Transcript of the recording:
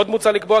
עוד מוצע לקבוע,